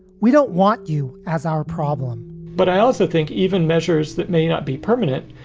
we don't want you as our problem but i also think even measures that may not be permanent,